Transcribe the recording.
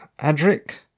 Adric